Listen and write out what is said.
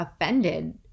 offended